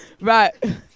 Right